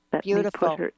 Beautiful